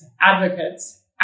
advocates